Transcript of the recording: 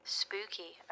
spooky